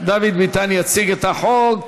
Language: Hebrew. דוד ביטן יציג את החוק.